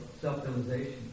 self-realization